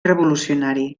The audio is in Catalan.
revolucionari